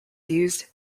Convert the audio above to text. used